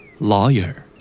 Lawyer